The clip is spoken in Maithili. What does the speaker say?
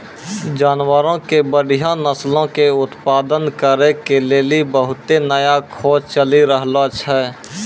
जानवरो के बढ़िया नस्लो के उत्पादन करै के लेली बहुते नया खोज चलि रहलो छै